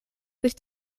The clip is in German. sich